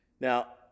Now